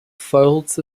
folds